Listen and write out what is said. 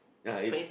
ya is